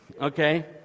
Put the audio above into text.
Okay